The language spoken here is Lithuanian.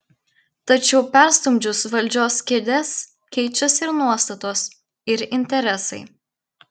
tačiau perstumdžius valdžios kėdes keičiasi ir nuostatos ir interesai